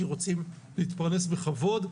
כי רוצים להתפרנס בכבוד,